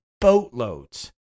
boatloads